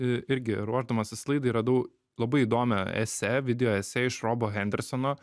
irgi ruošdamasis laidai radau labai įdomią esė video esė iš robo hendersono